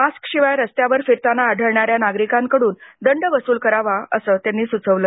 मास्कशिवाय रस्त्यावर फिरताना आढळणाऱ्या नागरिकांकडून दंड वसूल करावा असं त्यांनी सुचवलं